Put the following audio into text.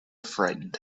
frightened